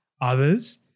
others